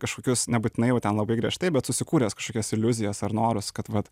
kažkokius nebūtinai jau ten labai griežtai bet susikūręs kažkokias iliuzijas ar norus kad vat